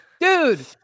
Dude